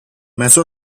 mezzo